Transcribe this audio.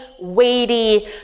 weighty